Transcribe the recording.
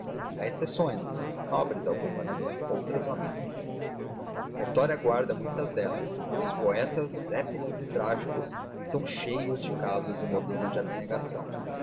há exceções nobres algumas outras nobilíssimas a história guarda muitas delas e os poetas épicos e trágicos estão cheios de casos e modelos de abnegação